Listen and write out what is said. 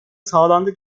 sağlandı